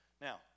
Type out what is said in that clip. Now